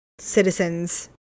citizens